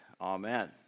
Amen